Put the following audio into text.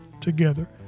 together